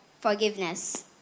forgiveness